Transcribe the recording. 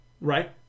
right